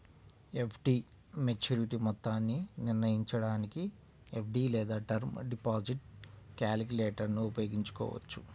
FD maturity మొత్తాన్ని నిర్ణయించడానికి FD లేదా టర్మ్ డిపాజిట్ క్యాలిక్యులేటర్ను ఉపయోగించవచ్చు